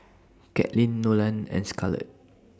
Katlin Nolan and Scarlet